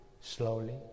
slowly